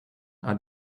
are